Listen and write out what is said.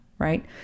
Right